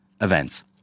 events